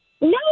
No